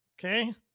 Okay